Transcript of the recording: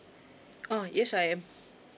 oh yes I am oh